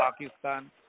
Pakistan